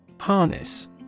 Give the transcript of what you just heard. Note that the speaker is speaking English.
Harness